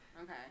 okay